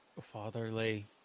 fatherly